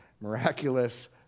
miraculous